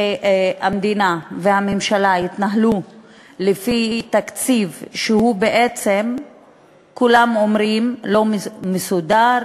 שהמדינה והממשלה יתנהלו לפי תקציב שכולם אומרים שהוא לא מסודר,